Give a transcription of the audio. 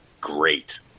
great